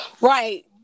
Right